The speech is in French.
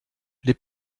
les